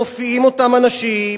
מופיעים אותם אנשים,